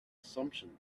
assumption